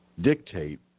dictate